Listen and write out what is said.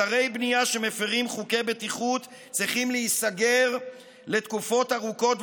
אתרי בנייה שמפירים חוקי בטיחות צריכים להיסגר לתקופות ארוכות,